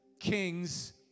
kings